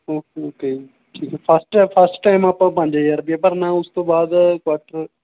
okay okay ਠੀਕ ਹੈ first first time ਆਪਾਂ ਪੰਜ ਹਜ਼ਾਰ ਰੁਪਇਆ ਭਰਨਾ ਉਸ ਤੋਂ ਬਾਅਦ ਕੁਆਟਰ